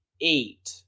eat